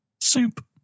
soup